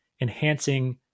enhancing